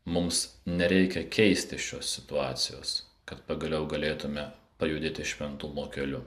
mums nereikia keisti šios situacijos kad pagaliau galėtume pajudėti šventumo keliu